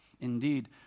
Indeed